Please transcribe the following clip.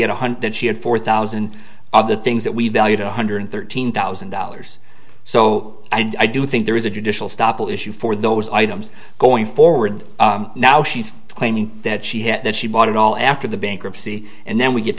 had one hundred that she had four thousand of the things that we valued at one hundred thirteen thousand dollars so i do think there is a judicial stoppel issue for those items going forward now she's claiming that she had that she bought it all after the bankruptcy and then we get